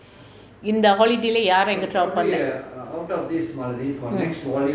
COVID இந்த:intha holiday இல்ல யாரும் எங்கையும்:illa yaarum engaiyum travel பண்ணலை:pannalai mm